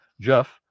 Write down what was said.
Jeff